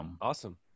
awesome